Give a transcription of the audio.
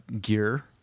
gear